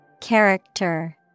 Character